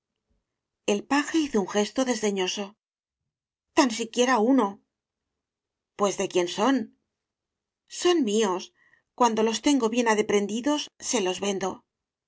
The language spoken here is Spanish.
el paje hizo un gesto desdeñoso tan siquiera uno pues de quién son son míos guando los tengo bien ade prendidos se los vendo a